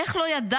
איך לא ידעת,